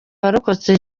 warokotse